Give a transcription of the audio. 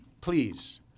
Please